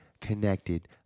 connected